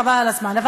חבל על הזמן.